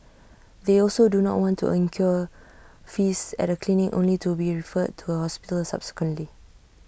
they also do not want to incur fees at A clinic only to be referred to A hospital subsequently